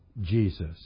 Jesus